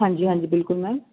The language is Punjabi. ਹਾਂਜੀ ਹਾਂਜੀ ਬਿਲਕੁਲ ਮੈਮ